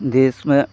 देश में